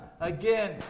again